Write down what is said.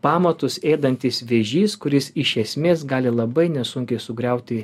pamatus ėdantys vėžys kuris iš esmės gali labai nesunkiai sugriauti